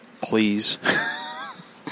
Please